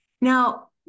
Now